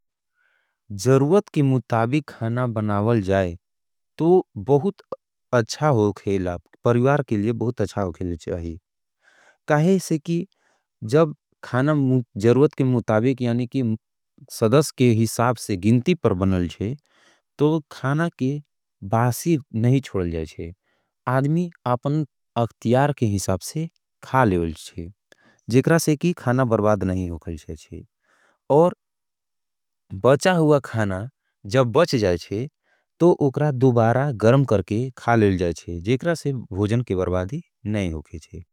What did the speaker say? जरुवत के मुताविक खाना बनावल जाए, तो बहुत अच्छा हो खेला, परिवार के लिए बहुत अच्छा हो खेल जाए। कहें से कि जब खाना जरुवत के मुताविक, यानि कि सदस के हिसाबसे गिंती पर बनल जाए, तो खाना के बासी नहीं छुडल जाए। आदमी अपन अक्तियार के हिसाबसे खा लेल जाए, जेकरा से कि खाना बरबाद नहीं हो खेल जाए। और बचा हुआ खाना जब बच जाएँ तो उकरा दुबारा गरम करके खा लेल जाए, जेकरा से भोजन के बरबादी नहीं हो खेल जाए।